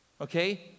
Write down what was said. Okay